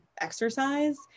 exercise